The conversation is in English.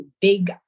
big